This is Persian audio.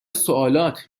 سوالات